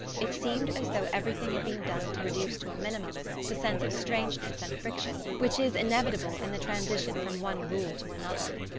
it seemed as though everything had been done to reduce to a minimum the sense of strangeness and friction which is inevitable in the transition from one rule to another.